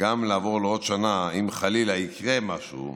לעבור לעוד שנה, אם חלילה יקרה משהו,